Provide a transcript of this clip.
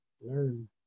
learn